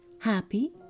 happy